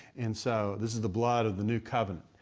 and so this is the blood of the new covenant.